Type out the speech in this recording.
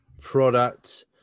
product